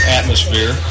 atmosphere